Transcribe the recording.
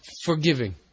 forgiving